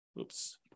oops